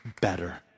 better